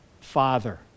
Father